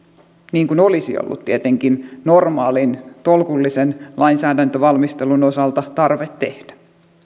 niin kuin olisi ollut tietenkin normaalin tolkullisen lainsäädäntövalmistelun osalta tarve tehdä